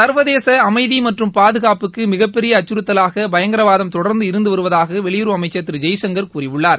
சர்வதேச அமைதி மற்றும் பாதுகாப்புக்கு மிக பெரிய அக்கறுத்தலாக பயங்கரவாதம் தொடர்ந்து இருந்து வருவதாக வெளியுறவு அமைச்சர் திரு ஜெய்சங்கர் கூறியுள்ளார்